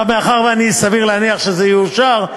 מאחר שסביר להניח שזה יאושר,